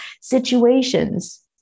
situations